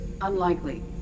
Unlikely